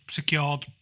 secured